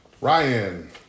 Ryan